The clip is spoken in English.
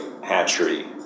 hatchery